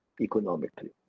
economically